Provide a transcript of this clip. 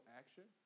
action